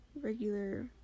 regular